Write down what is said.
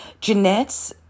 Jeanette